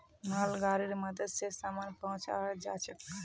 मालगाड़ीर मदद स सामान पहुचाल जाछेक